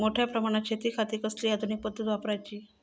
मोठ्या प्रमानात शेतिखाती कसली आधूनिक पद्धत वापराची?